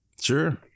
Sure